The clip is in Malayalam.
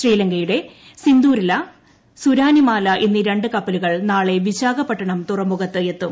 ശ്രീലങ്കയുടെ സിന്ധൂരലാ സുരാനിമാല എന്നീ രണ്ട് കപ്പലുകൾ നാളെ വിശാഖപട്ടണം തുറമുഖത്ത് എത്തും